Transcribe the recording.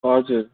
हजुर